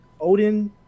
Odin